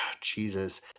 jesus